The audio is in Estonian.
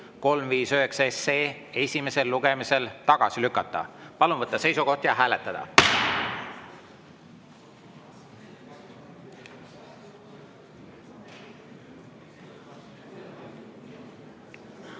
359 esimesel lugemisel tagasi lükata. Palun võtta seisukoht ja hääletada!